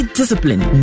discipline